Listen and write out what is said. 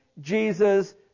Jesus